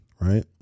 right